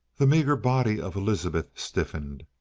the meager body of elizabeth stiffened.